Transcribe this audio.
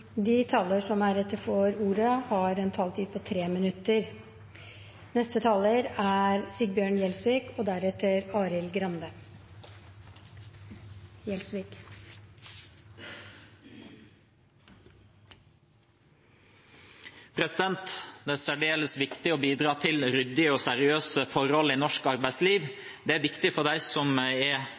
De talere som heretter får ordet, har en taletid på inntil 3 minutter. Det er særdeles viktig å bidra til ryddige og seriøse forhold i norsk arbeidsliv. Det er viktig for dem som er